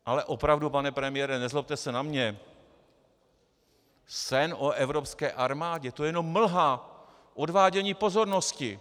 Ale opravdu, pane premiére, nezlobte se na mě, sen o evropské armádě, to je jenom mlha, odvádění pozornosti.